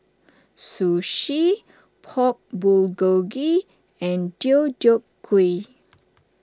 Sushi Pork Bulgogi and Deodeok Gui